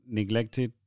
neglected